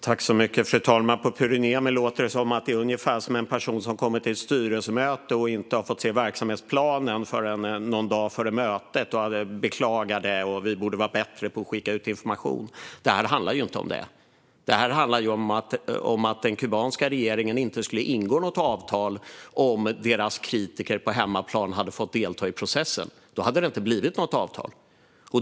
Fru ålderspresident! På Pyry Niemi låter det som att det är ungefär som när en person har kommit till ett styrelsemöte och inte har fått se verksamhetsplanen förrän någon dag före mötet och att man beklagar detta och säger att man borde vara bättre på att skicka ut information. Det här handlar ju inte om det. Detta handlar om att den kubanska regeringen inte skulle ingå något avtal om deras kritiker på hemmaplan hade fått delta i processen. Då hade det inte blivit något avtal.